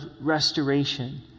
restoration